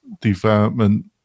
development